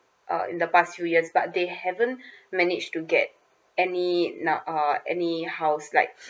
uh in the past few years but they haven't manage to get any nu~ uh any house like